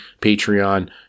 Patreon